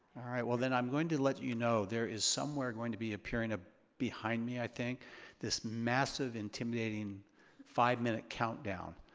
alright, well then i'm going to let you know there is somewhere going to be appearing ah behind me i think this massive intimidating five minute countdown